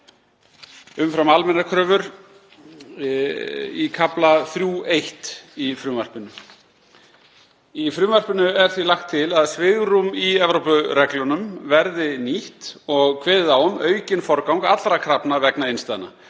umfram almennar kröfur í kafla 3.1. í frumvarpinu. Í frumvarpinu er því lagt til að svigrúm í Evrópureglunum verði nýtt og kveðið á um aukinn forgang allra krafna vegna innstæðna.